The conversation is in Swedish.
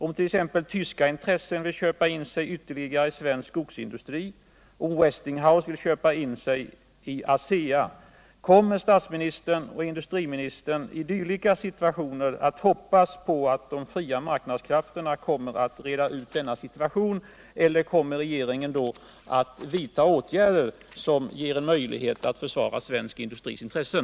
Om t. ex tyska intressen vill köpa in sig ytterligare i svensk skogsindustri, om Westinghouse vill köpa in sig i ASEA, kommer statsministern och industriministern i dylika situationer att hoppas på att de fria marknadskrafterna skall reda ut situationen eller kommer regeringen då att vidta åtgärder som ger möjlighet att försvara den svenska industrins intressen?